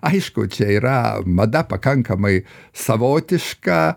aišku čia yra mada pakankamai savotiška